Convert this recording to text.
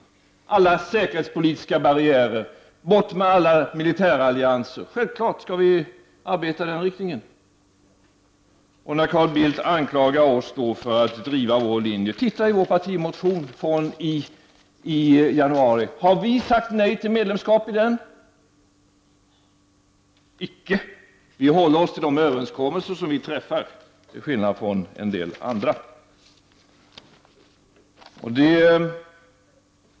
Vi borde arbeta för att få bort alla säkerhetspolitiska barriärer och alla militärallianser. Självklart skall vi arbeta i den riktningen. När Carl Bildt anklagar oss för att driva vår linje vill jag säga: Titta i vår partimotion från januari. Har vi i den sagt nej till medlemskap? Icke! Vi håller oss till de överenskommelser som vi träffar, till skillnad från en del andra.